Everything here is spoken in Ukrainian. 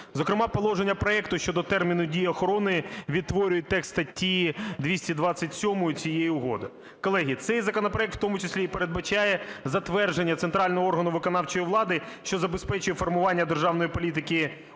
Зокрема положення проекту щодо терміну дій охорони відтворюють текст статті 227 цієї угоди. Колеги, цей законопроект в тому числі і передбачає затвердження центрального органу виконавчої влади, що забезпечує формування державної політики у